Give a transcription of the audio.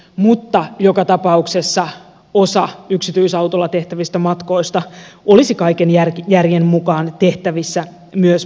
mutta joka tapauksessa osa yksityisautoilla tehtävistä matkoista olisi kaiken järjen mukaan tehtävissä myös polkupyörällä